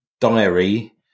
diary